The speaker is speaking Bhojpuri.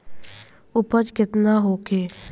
उपज केतना होखे?